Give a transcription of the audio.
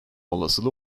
olasılığı